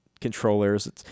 controllers